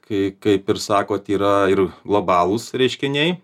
kai kaip ir sakot yra ir globalūs reiškiniai